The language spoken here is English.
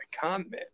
comment